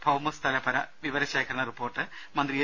ഭൌമസ്ഥലപര വിവരശേഖരണ റിപ്പോർട്ട് മന്ത്രി എ